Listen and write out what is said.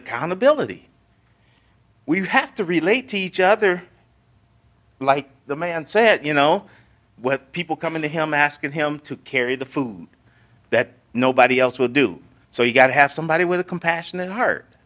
accountability we have to relate to each other like the man said you know when people come in to him asking him to carry the food that nobody else would do so you've got to have somebody with a compassionate heart